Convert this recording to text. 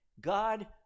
God